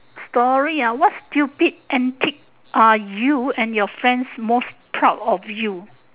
story ah what stupid antic are you and your friends most proud of you